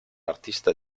artista